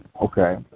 Okay